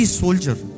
soldier